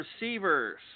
receivers